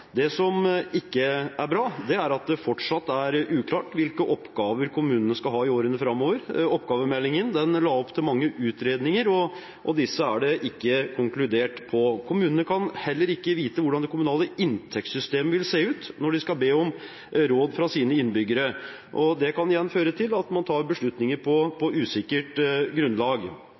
Det som ikke er bra, er at det fortsatt er uklart hvilke oppgaver kommunene skal ha i årene framover. Oppgavemeldingen la opp til mange utredninger, og disse er det ikke konkludert på. Kommunene kan heller ikke vite hvordan det kommunale inntektssystemet vil se ut når de skal be om råd fra sine innbyggere. Det kan igjen føre til at man tar beslutninger på usikkert grunnlag.